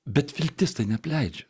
bet viltis tai neapleidžia